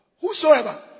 whosoever